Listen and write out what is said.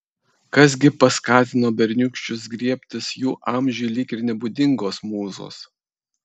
kas gi paskatino berniūkščius griebtis jų amžiui lyg ir nebūdingos mūzos